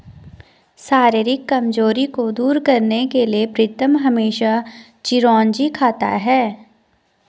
शारीरिक कमजोरी को दूर करने के लिए प्रीतम हमेशा चिरौंजी खाता है